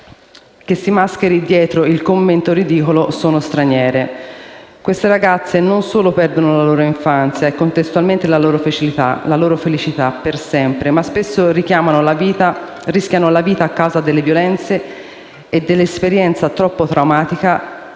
che si mascheri dietro il ridicolo commento: sono straniere. Queste ragazze non solo perdono la loro infanzia, e contestualmente la loro felicità, per sempre, ma spesso rischiano la vita a causa delle violenze e dell'esperienza traumatica